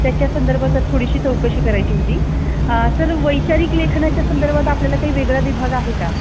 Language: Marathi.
त्याच्या संदर्भात जरा थोडीशी चौकशी करायची होती सर वैचारिक लेखनाच्या संदर्भात आपल्याला काही वेगळा विभाग आहे का